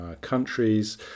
countries